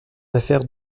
affaires